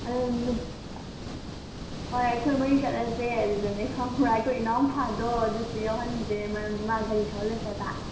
ꯑꯗꯨ ꯍꯣꯏ ꯑꯩꯈꯣꯏ ꯃꯔꯤ ꯆꯠꯂꯁꯦ ꯑꯗꯨꯗꯅꯦ ꯈꯪꯕ꯭ꯔ ꯑꯩꯈꯣꯏ ꯏꯅꯥꯎꯄꯥꯗꯣ ꯑꯗꯨꯁꯨ ꯌꯥꯎꯍꯟꯁꯦ ꯃꯔꯝꯗꯤ ꯃꯥ ꯒꯥꯔꯤ ꯊꯧꯍꯜꯂꯁꯦ ꯍꯥꯏꯕ